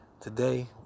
Today